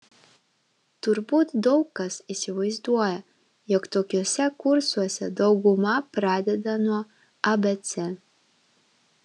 turbūt daug kas įsivaizduoja jog tokiuose kursuose dauguma pradeda nuo abc